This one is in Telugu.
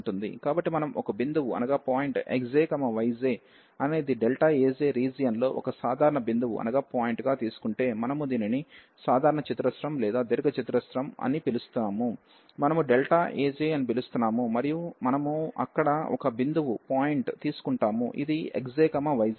కాబట్టి మనం ఒక బిందువు xj yj అనేది Ajరీజియన్ లో ఒక సాధారణ బిందువు గా తీసుకుంటే మనము దీనిని సాధారణ చతురస్రం లేదా దీర్ఘ చతురస్రం అని పిలుస్తున్నాము మనము Aj అని పిలుస్తున్నాము మరియు మనము అక్కడ ఒక బిందువు తీసుకుంటాము ఇది xj yj